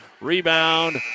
Rebound